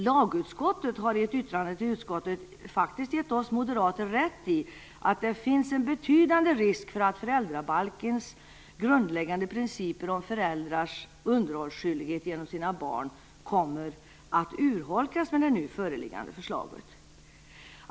Lagutskottet har i sitt yttrande till socialförsäkringsutskottet faktiskt gett oss moderater rätt i att det finns en betydande risk för att föräldrabalkens grundläggande principer om föräldrars underhållsskyldighet gentemot sina barn kommer att urholkas med det nu föreliggande förslaget.